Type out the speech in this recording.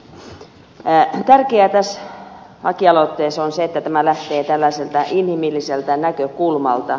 tärkeää tässä lakialoitteessa on se että tämä lähtee inhimilliseltä näkökulmalta